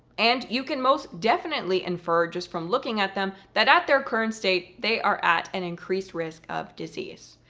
and you can most definitely infer just from looking at them that at their current state they are at an increased risk of disease.